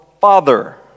father